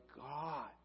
God